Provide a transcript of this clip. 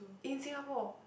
in Singapore